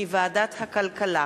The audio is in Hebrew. מטעם ועדת הכלכלה.